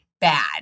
bad